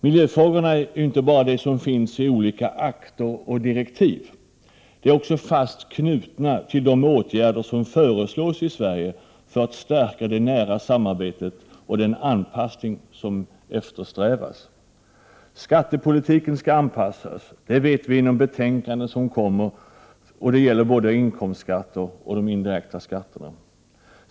Miljöfrågorna är inte bara det som tas upp i olika akter och direktiv, utan dessa är också fast knutna till de åtgärder som föreslås i Sverige och som syftar till att stärka det nära samarbete och den anpassning som eftersträvas. Prot. 1988/89:118 Skattepolitiken skall anpassas. Det kommer att framgå av betänkanden som 22 maj 1989 läggs fram, och det gäller både inkomstskatter och de indirekta skatterna.